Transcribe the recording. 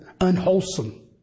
unwholesome